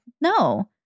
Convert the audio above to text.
No